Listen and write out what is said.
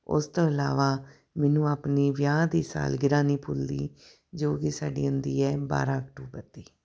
ਉਸ ਤੋਂ ਇਲਾਵਾ ਮੈਨੂੰ ਆਪਣੀ ਵਿਆਹ ਦੀ ਸਾਲਗਿਰਾ ਨੀ ਭੁੱਲਦੀ ਜੋ ਕਿ ਸਾਡੀ ਹੁੰਦੀ ਹੈ ਬਾਰਾਂ ਅਕਤੂਬਰ ਦੀ